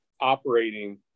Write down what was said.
operating